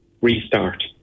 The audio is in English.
restart